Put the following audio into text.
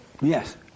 Yes